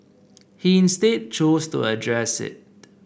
he instead chose to address it